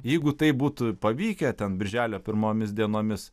jeigu tai būtų pavykę ten birželio pirmomis dienomis